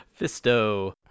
Fisto